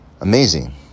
Amazing